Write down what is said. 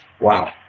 wow